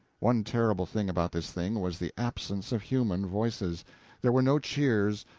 one terrible thing about this thing was the absence of human voices there were no cheers,